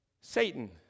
Satan